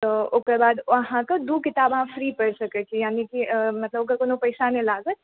ओकर बाद अहाँकेॅं दू किताब अहाँ फ्री पढ़ि सकै छी यानिकि मतलब ओकर कोनो पैसा नहि लागत